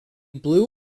blue